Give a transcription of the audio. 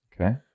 Okay